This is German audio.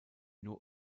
nur